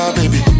baby